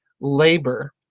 labor